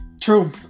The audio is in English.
True